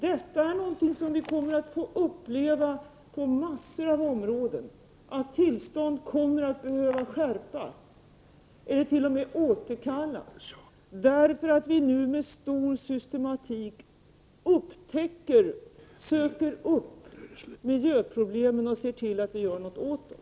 Detta är något som vi kommer att få uppleva på många områden — att villkoren för tillstånd kommer att behöva skärpas eller t.o.m. att tillstånd återkallas, därför att vi nu med stor systematik söker upp miljöproblemen och ser till att vi gör något åt dem.